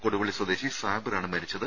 കൊടുവള്ളി സ്വദേശി സാബിർ ആണ് മരിച്ചത്